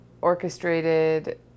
orchestrated